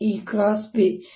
S1c10EB